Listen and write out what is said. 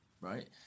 right